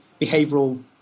behavioral